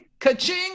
ka-ching